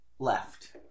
left